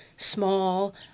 Small